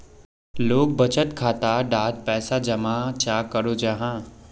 लोग बचत खाता डात पैसा जमा चाँ करो जाहा?